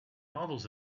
models